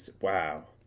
Wow